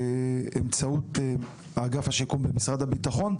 באמצעות אגף השיקום במשרד הביטחון,